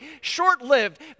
Short-lived